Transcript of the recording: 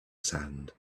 sand